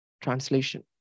Translation